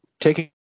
taking